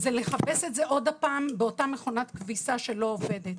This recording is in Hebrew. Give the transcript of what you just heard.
זה לכבס את זה עוד פעם באותה מכונת כביסה שלא עובדת.